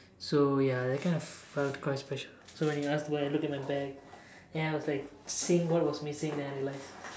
so ya that kind of felt quite special so when you asked why I looked in my bag ya I was like seeing what was missing then I realise